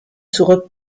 zurück